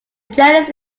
genus